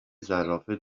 زرافه